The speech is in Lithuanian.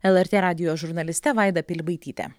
lrt radijo žurnaliste vaida pilibaityte